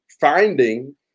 finding